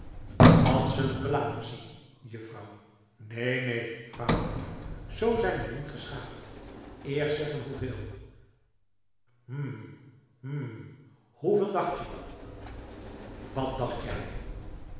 dat zullen we later zien juffrouw neen neen vaderlief z zijn we niet geschapen eerst zeggen hoeveel hm hm hoeveel dacht je wat dacht jij